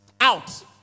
out